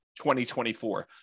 2024